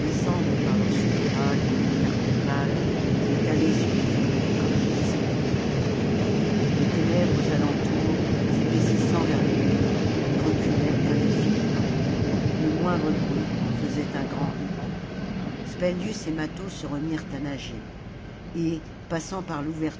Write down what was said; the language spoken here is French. descendre par leur soupirail une clarté pâle qui étalait sur les ondes comme des disques de lumière les ténèbres à l'entour s'épaississant vers les murs les reculaient indéfiniment le moindre bruit faisait un grand écho spendius et mâtho se remirent à nager et passant par